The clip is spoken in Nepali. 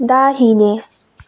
दाहिने